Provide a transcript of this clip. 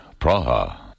Praha